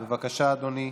בבקשה, אדוני,